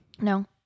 No